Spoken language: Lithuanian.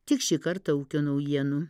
tiek šį kartą ūkio naujienų